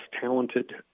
talented